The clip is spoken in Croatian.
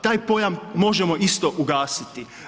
Taj pojam možemo isto ugasiti.